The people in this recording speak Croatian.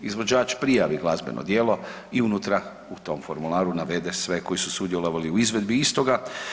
Izvođač prijavi glazbeno djelo i unutra u tom formularu navede sve koji su sudjelovali u izvedbi istoga.